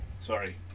Sorry